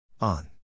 on